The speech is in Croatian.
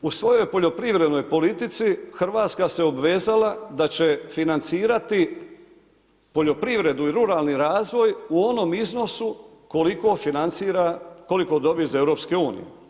U svojoj poljoprivrednoj politici Hrvatska se obvezala da će financirati poljoprivredu i ruralni razvoj u onom iznosu koliko financira, koliko dobije iz EU.